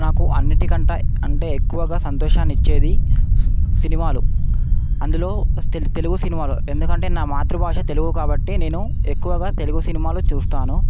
నాకు అన్నిటికంటే అంటే ఎక్కువగా సంతోషాన్ని ఇచ్చేది సినిమాలు అందులో తెలుగు సినిమాలు ఎందుకు అంటే నా మాతృభాష తెలుగు కాబట్టి నేను ఎక్కువగా తెలుగు సినిమాలు చూస్తాను